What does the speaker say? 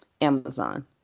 Amazon